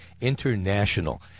International